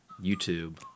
YouTube